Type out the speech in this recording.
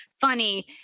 funny